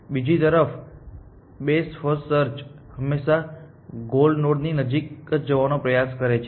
બીજી તરફબેસ્ટ first search હંમેશાં ગોલ નોડની નજીક જવાનો પ્રયાસ કરે છે